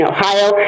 Ohio